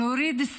אני מעבירה